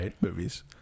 movies